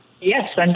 Yes